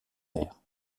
père